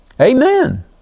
Amen